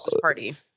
party